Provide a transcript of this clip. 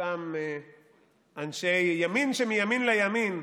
אותם אנשי ימין שמימין לימין,